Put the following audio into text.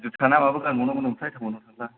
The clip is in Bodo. जुथाना माबा गानबाव नांगौनो ओमफ्राय थाउनआव थांबा